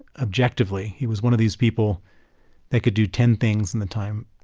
objectively. he was one of these people that could do ten things in the time